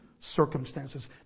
circumstances